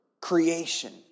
Creation